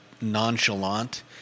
nonchalant